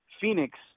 Phoenix